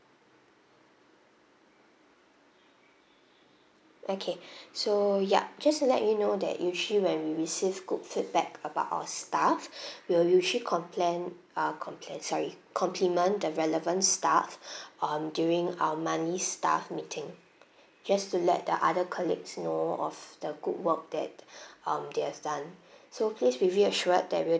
okay so ya just to let you know that usually when we received good feedback about our staff we'll usually complain uh complain sorry compliment the relevant staff um during our monthly staff meeting just to let the other colleagues know of the good work that um they've done so please be reassured that we'll